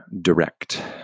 direct